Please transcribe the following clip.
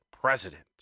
president